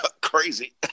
crazy